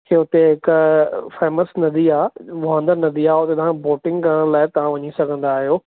हुते हिक फेमस नदी आहे वहोंदर नदी आहे हुते बोटिंग करण लाइ तव्हां वञी सघंदा आहियो